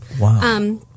Wow